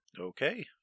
Okay